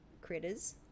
critters